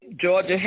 Georgia